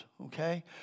okay